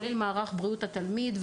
בריאות התלמיד.